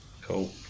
cool